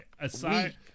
Aside